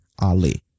Ali